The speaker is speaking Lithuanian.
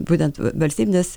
būtent valstybinės